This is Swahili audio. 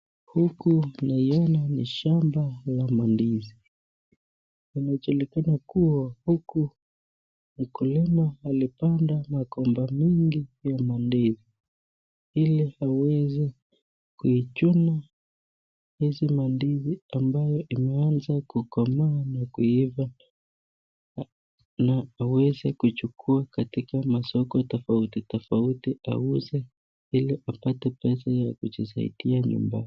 Huku naiona ni shamba la mandizi inajulikana kuwa huku mkulima alipanda magomba mingi ya mandizi ili aweze kuichuna hizi mandizi ambayo imeanza kukomaa na kuiva na aweze kuchukua katika masoko tofauti tofauti auze ili apate pesa ya kujisaidia nyumbani.